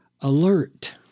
alert